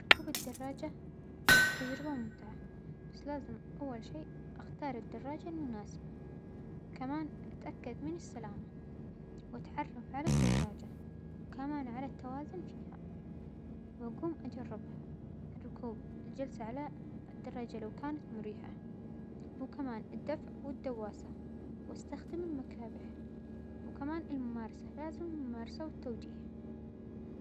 ركوب الدراجة تجربة ممتعة، بس لازم أول شيء أختار الدراجة المناسبة، وكمان أتأكد من السلامة، وأتعرف على الدراجة وكمان على التوازن فيها، وأجوم اجربها الركوب بالجلس على الدراجة لو كانت مريحة وكمان الدفع والدواسة وأستخدم المكابح، وكمان الممارسة لازم الممارسة والتوجيه.